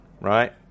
Right